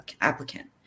applicant